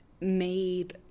made